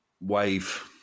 wave